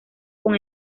con